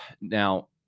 Now